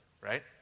Right